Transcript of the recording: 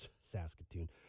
Saskatoon